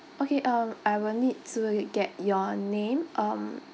okay um I will need to get your name um